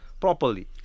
properly